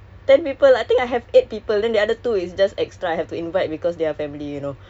ten people I think I have eight people in the attitude is just extra I have to invite because they're family you know